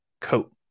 coat